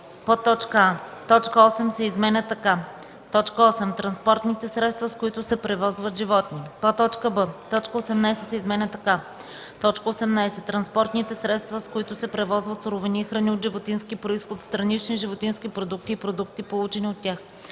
в нея: а) точка 8 се изменя така: „8. транспортните средства, с които се превозват животни;” б) точка 18 се изменя така: „18. транспортните средства, с които се превозват суровини и храни от животински произход, странични животински продукти и продукти, получени от тях;”